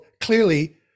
clearly